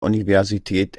universität